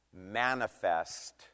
manifest